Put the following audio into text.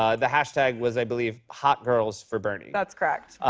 ah the hashtag was, i believe, hotgirlsforbernie. that's correct.